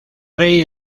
rey